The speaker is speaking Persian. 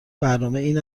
برنامه